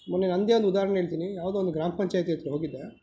ಮೊನ್ನೆ ನನ್ನದೇ ಒಂದು ಉದಾಹರಣೆ ಹೇಳ್ತೀನಿ ಯಾವುದೋ ಒಂದು ಗ್ರಾಮ ಪಂಚಾಯಿತಿ ಹತ್ತಿರ ಹೋಗಿದ್ದೆ